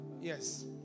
Yes